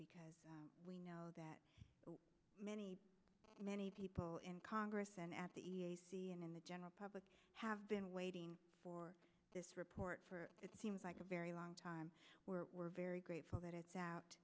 because we know that many many people in congress and at the e c and in the general public have been waiting for this report for it seems like a very long time we're we're very grateful that it's out